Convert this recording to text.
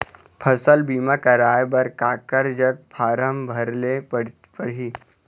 फसल बीमा कराए बर काकर जग फारम भरेले पड़ही?